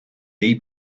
dei